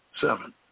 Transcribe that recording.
Seven